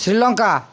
Sri Lanka